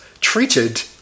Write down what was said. treated